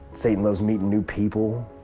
satan loves meeting new people.